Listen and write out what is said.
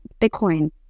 Bitcoin